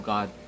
God